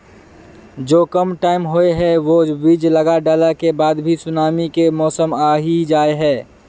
जो कम टाइम होये है वो बीज लगा डाला के बाद भी सुनामी के मौसम आ ही जाय है?